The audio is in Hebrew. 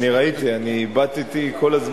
אני ראיתי, אני הבטתי כל הזמן.